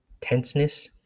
tenseness